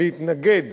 להתנגד